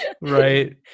Right